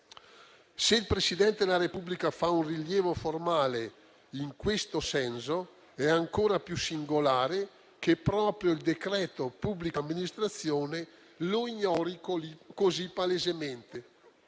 Se il Presidente della Repubblica fa un rilievo formale in questo senso, è ancora più singolare che proprio il decreto pubblica amministrazione lo ignori così palesemente.